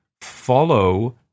follow